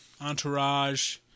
Entourage